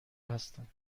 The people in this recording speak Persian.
هستند